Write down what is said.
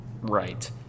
Right